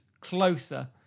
closer